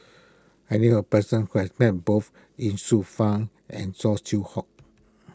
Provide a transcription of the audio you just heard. I knew a person who has met both Ye Shufang and Saw Swee Hock